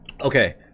Okay